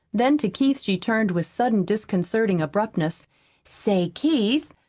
then to keith she turned with sudden disconcerting abruptness say, keith,